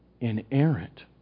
inerrant